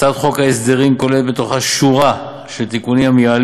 הצעת חוק ההסדרים כוללת בתוכה שורה של תיקונים המייעלים